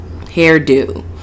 hairdo